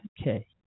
Okay